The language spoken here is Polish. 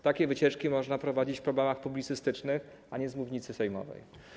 Takie wycieczki, debaty można prowadzić w programach publicystycznych, a nie z mównicy sejmowej.